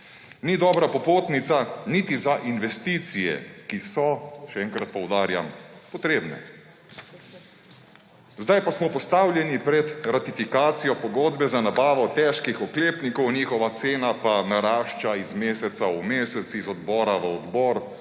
Ni dobra popotnica niti za investicije, ki so, še enkrat poudarjam, potrebne. Zdaj pa smo postavljeni pred ratifikacijo pogodbe za nabavo težkih oklepnikov, njihova cena pa narašča iz meseca v mesec, iz odbora v odbor,